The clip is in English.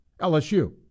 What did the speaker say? LSU